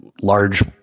large